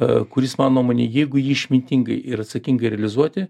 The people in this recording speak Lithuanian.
a kuris mano nuomone jeigu ji išmintingai ir atsakingai realizuoti